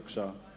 בבקשה.